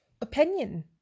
opinion